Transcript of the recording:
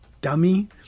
dummy